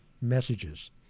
messages